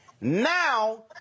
Now